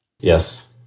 Yes